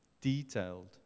detailed